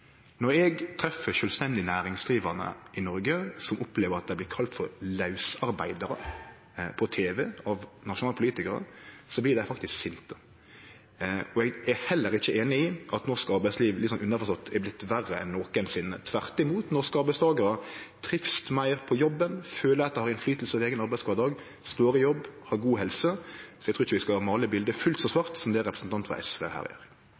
Eg treffer sjølvstendig næringsdrivande i Noreg som opplever at dei blir kalla for lausarbeidarar på TV av nasjonale politikarar, og dei blir faktisk sinte. Eg er heller ikkje einig i at norsk arbeidsliv litt underforstått er vorte verre enn nokosinne. Tvert imot: Norske arbeidstakarar trivst meir på jobben, føler at dei har innflytelse på eigen arbeidskvardag, står i jobb, har god helse – så eg trur ikkje vi skal måle bildet fullt så svart som det representanten frå SV her gjer.